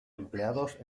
empleados